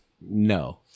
No